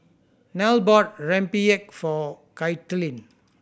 Nelle bought rempeyek for Kaitlin